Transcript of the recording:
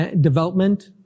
development